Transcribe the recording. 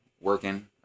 working